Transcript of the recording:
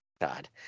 God